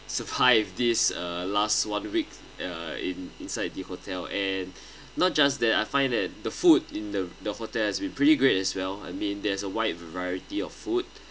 survive this uh last one week uh in inside the hotel and not just that I find that the food in the the hotel has been pretty great as well I mean there's a wide variety of food